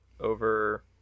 over